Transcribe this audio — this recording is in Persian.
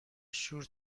شور